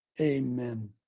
Amen